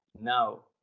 now